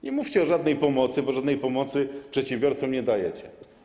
Nie mówcie o żadnej pomocy, bo żadnej pomocy przedsiębiorcom nie dajecie.